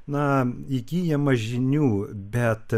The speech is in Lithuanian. na įgyjama žinių bet